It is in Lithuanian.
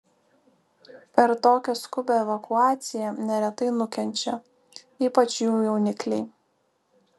per tokią skubią evakuaciją neretai nukenčia ypač jų jaunikliai